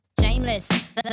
Shameless